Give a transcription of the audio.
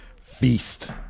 Feast